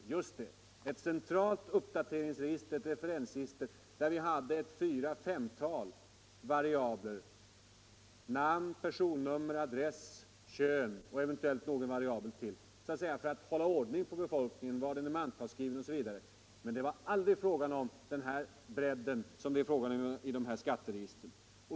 Ja, just det — ett centralt uppdateringsregister, ett referensregister, där vi hade fyra fem variabler: namn, personnummer, adress, kön och eventuellt någon variabel till. Det hade vi så att säga för att hålla ordning på befolkningen — man skall veta var den är mantalsskriven osv. —- men det var aldrig fråga om den bredd som det är fråga om i skatteregistren.